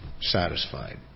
satisfied